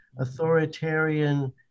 authoritarian